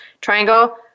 triangle